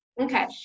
Okay